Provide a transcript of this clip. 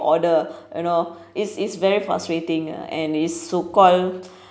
order you know it's it's very frustrating uh and it's so called